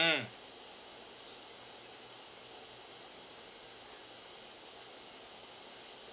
mm